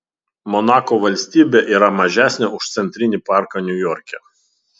monako valstybė yra mažesnė už centrinį parką niujorke